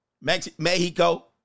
Mexico